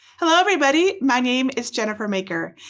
hello everybody, my name is jennifer maker.